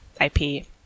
IP